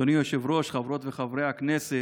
אדוני היושב-ראש, חברות וחברי הכנסת,